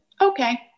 okay